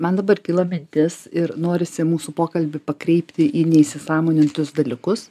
man dabar kilo mintis ir norisi mūsų pokalbį pakreipti į neįsisąmonintus dalykus